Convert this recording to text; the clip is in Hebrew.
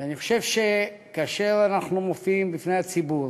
ואני חושב שכאשר אנחנו מופיעים בפני הציבור,